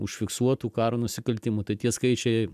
užfiksuotų karo nusikaltimų tai tie skaičiai